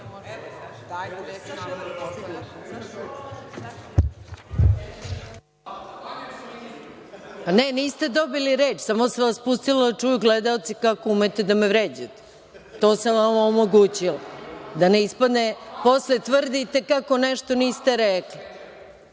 reč.)Ne, niste dobili reč. Samo sam vas pustila da čuju gledaoci kako umete da me vređate, to sam vam omogućila da ne ispadne posle tvrdite kako nešto niste rekli.